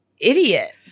idiot